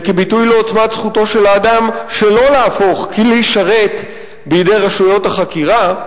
וכביטוי לעוצמת זכותו של האדם שלא להפוך כלי שרת בידי רשויות החקירה,